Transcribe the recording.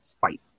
fight